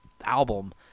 album